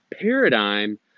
paradigm